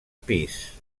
pis